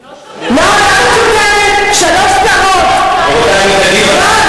אלה, אנשי התרבות, כבר אמרו לנו: חכמים,